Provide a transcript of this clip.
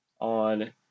on